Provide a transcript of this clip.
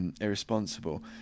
Irresponsible